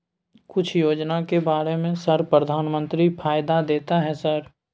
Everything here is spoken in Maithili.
कुछ योजना के बारे में सर प्रधानमंत्री फायदा देता है सर?